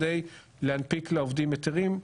על מנת להנפיק לעובדים היתרים.